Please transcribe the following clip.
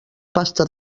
pasta